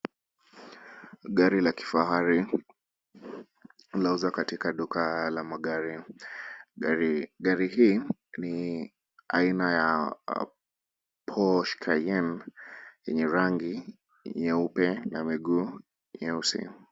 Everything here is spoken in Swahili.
Gari la kifahari, lauzwa katika duka la magari. Gari, gari hii ni aina ya Porche Cayenne yenye rangi nyeupe na miguu nyeusi.